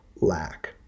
lack